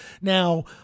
Now